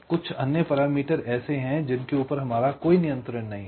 कुछ अन्य पैरामीटर ऐसे हैं जिनके ऊपर हमारा कोई नियंत्रण नहीं है